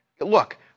look